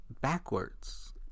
backwards